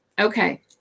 okay